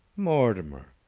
mortimer!